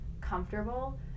comfortable